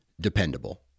dependable